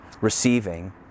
Receiving